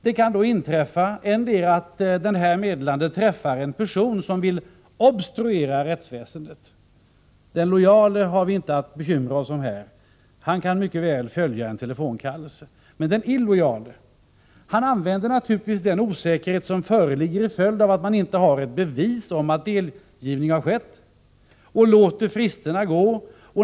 Det kan då inträffa att meddelaren träffat en person som vill obstruera rättsväsendet — den lojale har vi inte att bekymra oss om, han kan mycket väl följa en telefonkallelse, men den illojale använder naturligtvis den osäkerhet som föreligger till följd av att man inte har ett bevis om att delgivning har skett. Han låter fristen gå.